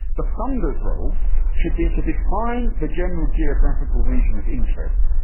the funder's role should be to define the general geographical region of interest,